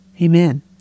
Amen